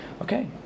okay